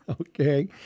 Okay